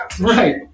Right